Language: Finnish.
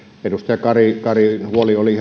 edustaja karin huoli oli